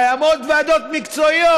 קיימות ועדות מקצועיות.